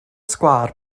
sgwâr